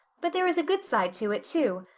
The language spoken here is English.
but there is a good side to it too.